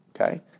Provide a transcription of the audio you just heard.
Okay